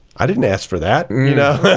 i didn't ask for that, you know.